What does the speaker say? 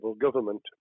government